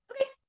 Okay